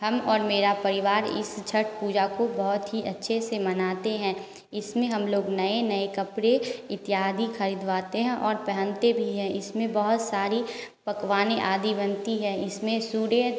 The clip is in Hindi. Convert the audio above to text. हम और मेरा परिवार इस छठ पूजा को बहुत ही अच्छे से मनाते हैं इसमें हम लोग नए नए कपड़े इत्यादि खरीदवाते हैं और पहनते भी हैं इसमें बहुत सारी पकवाने आदि बनती है इसमें सूर्य